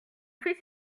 fils